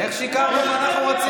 כמו שנתניהו לא יעמוד עכשיו בהסכמים.